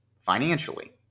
Financially